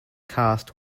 cast